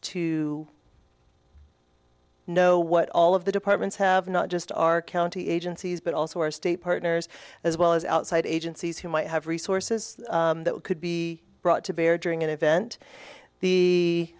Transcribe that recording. too no what all of the departments have not just our county agencies but also our state partners as well as outside agencies who might have resources that could be brought to bear during an event the